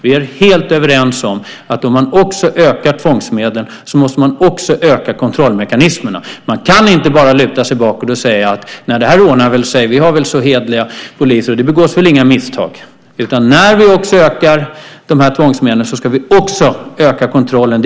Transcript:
Vi är helt överens om att om man ökar tvångsmedlen måste man också öka kontrollmekanismerna. Man kan inte bara luta sig bakåt och säga: Det här ordnar sig väl. Vi har väl så hederliga poliser. Det begås väl inga misstag. Nej, när vi ökar dessa tvångsmedel ska vi också öka kontrollen.